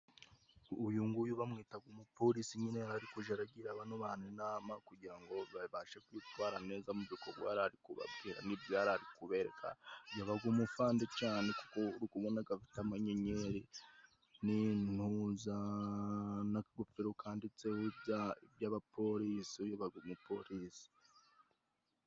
Uyunguyu bamwitaga umupolisi nyine ari kuja aragira bano bana inama kugira ngo babashe kwitwara neza mu bikorwa yari ari kubabwira n'ibyo yari ari kubereka, Yabaga umufandi cane kuko uri kubona ko afite amanyenyeri n'intuza n'akagofero kanditseho iby'abapolisi, yabaga umupolisi.